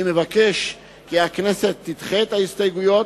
אני מבקש כי הכנסת תדחה את ההסתייגויות.